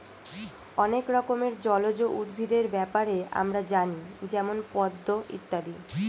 অনেক রকমের জলজ উদ্ভিদের ব্যাপারে আমরা জানি যেমন পদ্ম ইত্যাদি